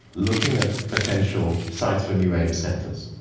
looking at potential sites for new aims centers.